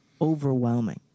overwhelming